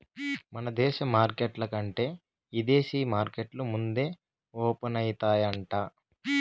మన దేశ మార్కెట్ల కంటే ఇదేశీ మార్కెట్లు ముందే ఓపనయితాయంట